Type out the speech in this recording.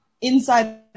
inside